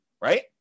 right